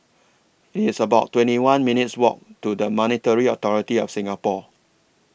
It's about twenty one minutes' Walk to The Monetary Authority of Singapore